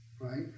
right